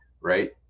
Right